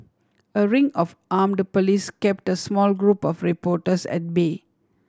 a ring of armed police kept a small group of reporters at bay